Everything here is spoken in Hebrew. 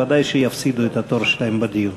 ודאי שיפסיד את התור שלו בדיון.